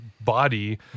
body